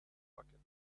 pocket